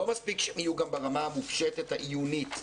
לא מספיק שהם יהיו גם ברמה המופשטת העיונית.